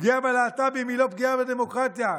פגיעה בלהט"בים היא לא פגיעה בדמוקרטיה,